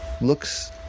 looks